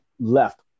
left